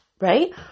right